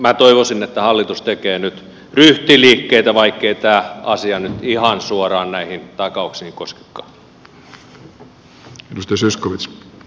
minä toivoisin että hallitus tekee nyt ryhtiliikkeitä vaikkei tämä asia nyt ihan suoraan näitä takauksia koskekaan